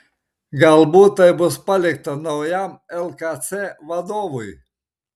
galbūt tai bus palikta naujam lkc vadovui